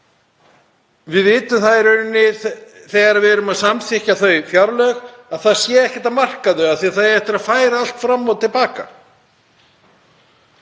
við vitum í raun, þegar við erum að samþykkja þau fjárlög, að það er ekkert að marka þau af því að það á eftir að færa allt fram og til baka.